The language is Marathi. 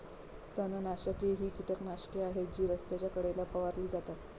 तणनाशके ही कीटकनाशके आहेत जी रस्त्याच्या कडेला फवारली जातात